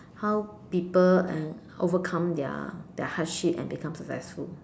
how people uh overcome their their hardship and become successful